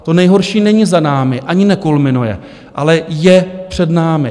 To nejhorší není za námi, ani nekulminuje, ale je před námi.